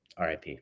RIP